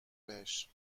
بهش